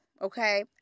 okay